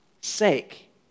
sake